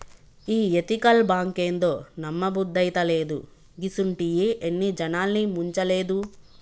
ఈ ఎతికల్ బాంకేందో, నమ్మబుద్దైతలేదు, గిసుంటియి ఎన్ని జనాల్ని ముంచలేదు